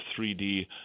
3D